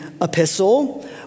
epistle